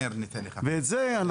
ואת זה,